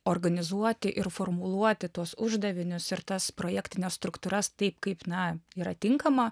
organizuoti ir formuluoti tuos uždavinius ir tas projektines struktūras taip kaip na yra tinkama